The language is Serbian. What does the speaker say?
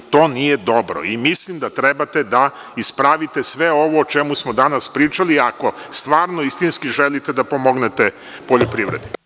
To nije dobro i mislim da trebate da ispravite sve ovo o čemu smo danas pričali, ako stvarno, istinski želite da pomognete poljoprivredi.